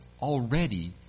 already